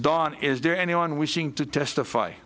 dawn is there anyone wishing to testify